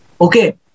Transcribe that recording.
Okay